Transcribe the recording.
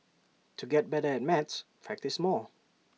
to get better at maths practise more